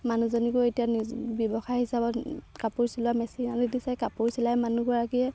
মানুহজনীকো এতিয়া নিজ ব্যৱসায় হিচাপত কাপোৰ চিলোৱা মেচিন আনি দিছে কাপোৰ চিলাই মানুহগৰাকীয়ে